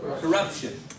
Corruption